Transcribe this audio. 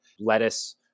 lettuce